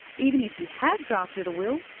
even if you have drafted a will,